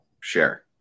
share